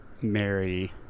mary